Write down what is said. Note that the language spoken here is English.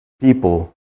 people